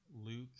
Luke